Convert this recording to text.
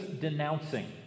denouncing